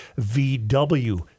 VW